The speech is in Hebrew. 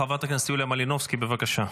חברת הכנסת יוליה מלינובסקי, בבקשה.